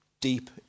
deep